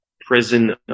prison